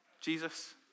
Jesus